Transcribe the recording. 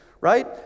right